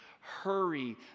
Hurry